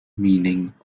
meaning